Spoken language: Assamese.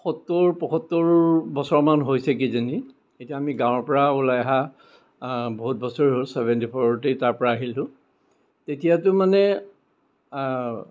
সত্তৰ পয়সত্তৰ বছৰমান হৈছে কিজানি তেতিয়া আমি গাঁৱৰপৰা ওলাই অহা বহুত বছৰ হ'ল ছেভেন্টি ফ'ৰতেই তাৰপৰা আহিলোঁ তেতিয়াতো মানে